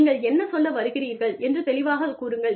நீங்கள் என்ன சொல்ல வருகிறீர்கள் என்று தெளிவாகக் கூறுங்கள்